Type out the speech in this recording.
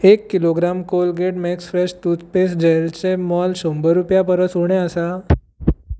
एक kilogram Colgate max fresh toothpaste जॅलचें मोल शंबर रुपया परस उणें आसा